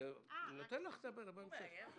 בבקשה.